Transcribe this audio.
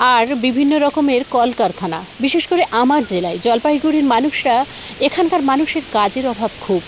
আর বিভিন্ন রকমের কলকারখানা বিশেষ করে আমার জেলায় জলপাইগুড়ির মানুষরা এখানকার মানুষের কাজের অভাব খুব